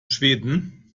schweden